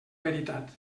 veritat